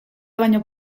baino